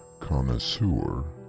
connoisseur